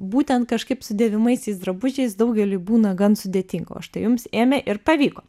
būtent kažkaip su dėvimaisiais drabužiais daugeliui būna gan sudėtinga o štai jums ėmė ir pavyko